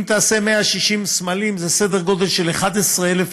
אם תעשה 160 סמלים, זה סדר גודל של 11,000 ילדים,